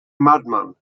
madman